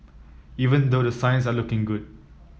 even though the signs are looking good